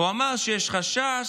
והוא אמר שיש חשש